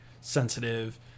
sensitive